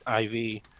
IV